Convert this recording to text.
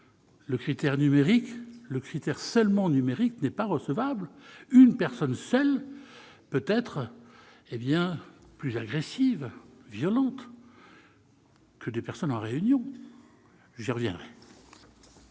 à rappeler que le critère numérique n'est pas recevable : une personne seule peut être plus agressive et violente que des personnes en réunion- j'y reviendrai.